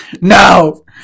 No